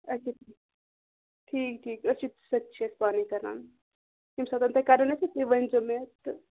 اچھا ٹھیٖک ٹھیٖک ٹھیٖک أسۍ چھِ سُہ تہِ چھِ أسۍ پانَے کَران ییٚمہِ ساتَن تۄہہِ کَرُن آسہِ تُہۍ ؤنۍزیو مےٚ تہٕ